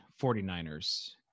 49ers